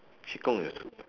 qi-gong is